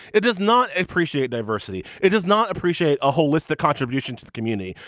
it does not appreciate diversity. it does not appreciate a holistic contribution to the community.